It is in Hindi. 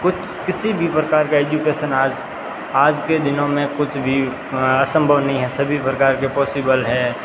कुछ किसी भी प्रकार का एजुकेसन आज आज के दिनों में कुछ भी असंभव नहीं है सभी प्रकार के पॉसिबल है